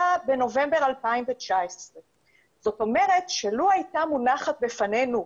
בנובמבר 2019. זאת אומרת שלו הייתה מונחת בפנינו,